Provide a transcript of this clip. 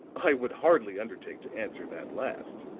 i would hardly undertake to answer that last,